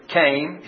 came